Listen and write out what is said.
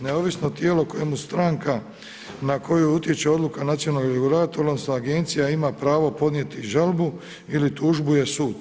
Neovisno tijelo kojemu stranka na koju utječe odluka nacionalnog regulatora odnosno agencija ima pravo podnijeti žalbu ili tužbu je sud.